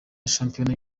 shampiyona